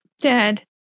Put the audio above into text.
dad